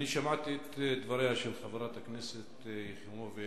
אני שמעתי את דבריה של חברת הכנסת יחימוביץ.